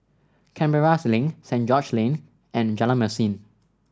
Canberra Link St George's Lane and Jalan Mesin